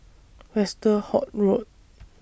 Westerhout Road